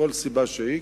כל סיבה שהיא,